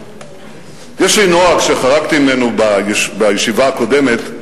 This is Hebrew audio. יש לי נוהג, שחרגתי ממנו בישיבה הקודמת,